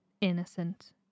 innocent